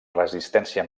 resistència